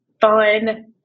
fun